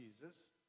Jesus